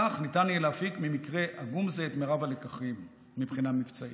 כך ניתן יהיה להפיק ממקרה עגום זה את מרב הלקחים מבחינה מבצעית.